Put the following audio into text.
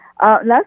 Last